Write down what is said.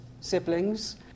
siblings